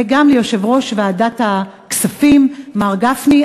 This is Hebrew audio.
וגם ליושב-ראש ועדת הכספים מר גפני,